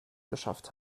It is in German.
geschafft